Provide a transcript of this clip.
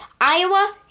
Iowa